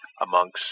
amongst –